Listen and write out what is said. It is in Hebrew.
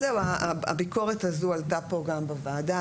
אז זהו, הביקורת הזאת עלתה פה גם בוועדה.